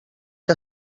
que